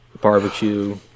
barbecue